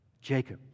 Jacob